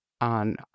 on